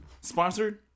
Sponsored